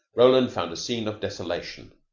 roland found a scene of desolation,